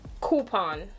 Coupon